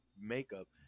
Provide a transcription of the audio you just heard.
makeup